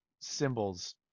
symbols